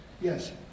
Yes